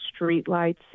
streetlights